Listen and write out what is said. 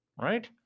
Right